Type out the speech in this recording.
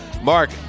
Mark